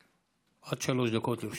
עד שלוש דקות לרשותך.